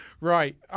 Right